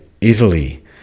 Italy